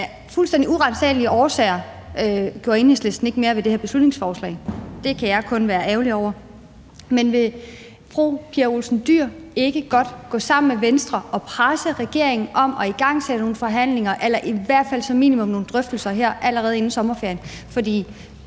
fuldstændig uransagelige årsager gjorde Enhedslisten ikke mere ved det her beslutningsforslag. Det kan jeg kun være ærgerlig over. Men vil fru Pia Olsen Dyhr ikke godt gå sammen med Venstre og presse regeringen til at igangsætte nogle forhandlinger eller i hvert fald som minimum nogle drøftelser her allerede inden sommerferien? For